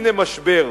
הנה משבר,